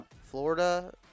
Florida